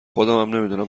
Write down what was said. دونم